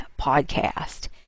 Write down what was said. podcast